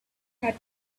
had